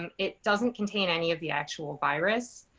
and it doesn't contain any of the actual virus.